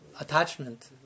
attachment